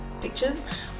pictures